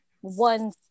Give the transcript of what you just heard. one